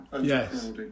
Yes